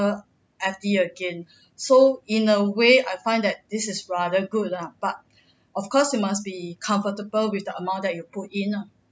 ter F_D again so in a way I find that this is rather good ah but of course you must be comfortable with the amount that you put in ah